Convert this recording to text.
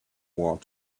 want